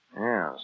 Yes